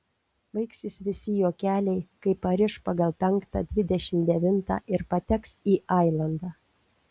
baigsis visi juokeliai kai pariš pagal penktą dvidešimt devintą ir pateks į ailandą